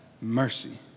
mercy